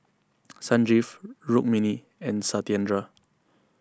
Sanjeev Rukmini and Satyendra